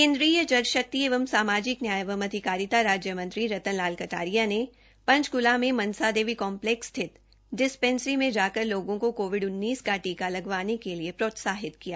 केन्द्रीय जल शक्ति एवं सामाजिक न्याय व अधिकारिता राज्य मंत्री रतन लाल कटारिया ने पंचकूला में मनसा देवी कॉम्पलैक्स स्थित डिस्पेंसरी में जाकर लोगों को कोविड का टीका लगवानेके लिए प्रोत्साहितकिया